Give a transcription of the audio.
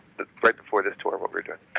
right before this tour what we're doing,